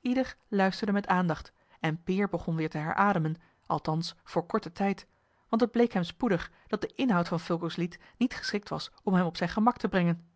ieder luisterde met aandacht en peer begon weer te herademen althans voor korten tijd want het bleek hem spoedig dat de inhoud van fulco's lied niet geschikt was om hem op zijn gemak te brengen